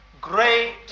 great